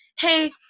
Hey